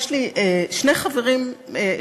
יש לי שני חברים,